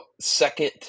second